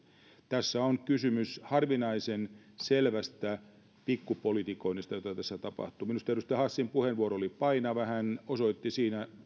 tässä on kysymys harvinaisen selvästä pikkupolitikoinnista jota tässä tapahtuu minusta edustaja hassin puheenvuoro oli painava hän osoitti siinä